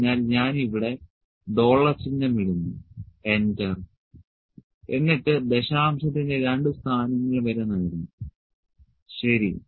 അതിനാൽ ഞാൻ ഇവിടെ ഡോളർ ചിഹ്നം ഇടുന്നു എന്റർ എന്നിട്ട് ദശാംശത്തിന്റെ രണ്ട് സ്ഥാനങ്ങൾ വരെ നൽകാം ശരി